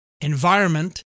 environment